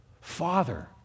Father